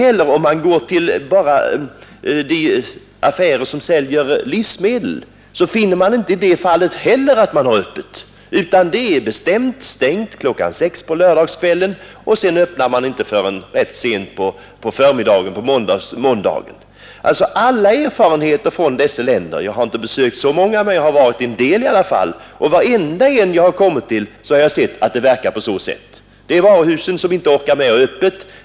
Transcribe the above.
Men om man går till de affärer, som säljer livsmedel, finner man inte heller att de har öppet, utan det är bestämt stängt kl. 6 på lördagskvällen och sedan öppnar man inte förrän rätt sent på förmiddagen på måndagen. I vartenda fall av de länder som jag har kommit till — jag har inte besökt så många, men jag har varit i en del i alla fall — har jag sett att det är på så sätt. Det är varuhusen som inte orkar ha öppet.